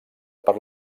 per